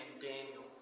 Daniel